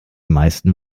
meisten